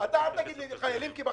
אתה נגד חלשים,